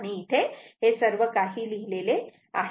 तेव्हा इथे हे सर्व काही लिहिलेले आहे